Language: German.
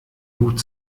hut